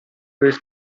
del